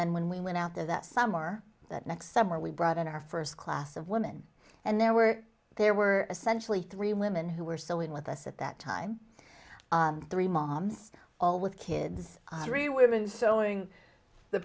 then when we went out there that summer that next summer we brought in our first class of women and there were there were essentially three women who were so in with us at that time three moms all with kids as we've been sewing the